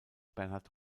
bernhard